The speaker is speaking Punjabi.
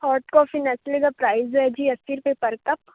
ਹੋਟ ਕੋਫੀ ਨੈਸਲੇਅ ਦਾ ਪ੍ਰਾਈਜ਼ ਹੈ ਜੀ ਅੱਸੀ ਰੁਪਏ ਪਰ ਕੱਪ